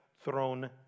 throne